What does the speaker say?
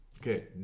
okay